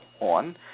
on